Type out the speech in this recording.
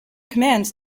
commands